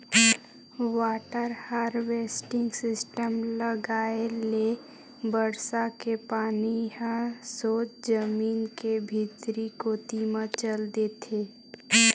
water harvesting system लगाए ले बरसा के पानी ह सोझ जमीन के भीतरी कोती म चल देथे